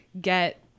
get